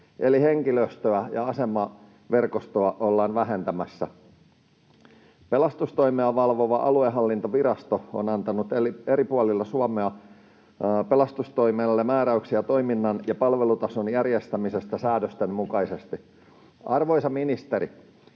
eli henkilöstöä ja asemaverkostoa ollaan vähentämässä. Pelastustoimea valvova aluehallintovirasto on antanut eri puolilla Suomea pelastustoimelle määräyksiä toiminnan ja palvelutason järjestämisestä säädösten mukaisesti. Arvoisa ministeri,